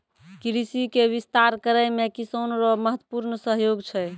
कृषि के विस्तार करै मे किसान रो महत्वपूर्ण सहयोग छै